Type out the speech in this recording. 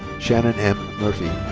shannon m. murphy.